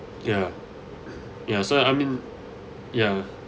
ya ya so I mean ya yeah